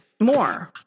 more